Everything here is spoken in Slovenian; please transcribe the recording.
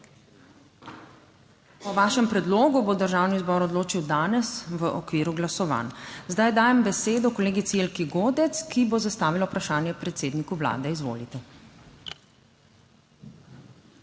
O vašem predlogu bo Državni zbor odločil danes v okviru glasovanj. Zdaj dajem besedo kolegici Jelki Godec, ki bo zastavila vprašanje predsedniku Vlade, izvolite.